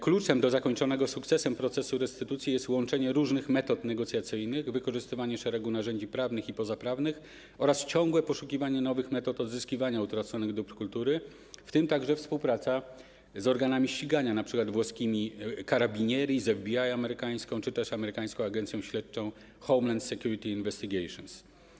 Kluczem do zakończonego sukcesem procesu restytucji jest łączenie różnych metod negocjacyjnych, wykorzystywanie szeregu narzędzi prawnych i pozaprawnych oraz ciągłe poszukiwanie nowych metod odzyskiwania utraconych dóbr kultury, w tym także współpraca z organami ścigania, np. włoskimi carabinieri, amerykańską FBI czy też amerykańską agencją śledczą Homeland Security Investigations.